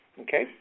Okay